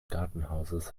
gartenhauses